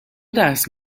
درس